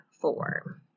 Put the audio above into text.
four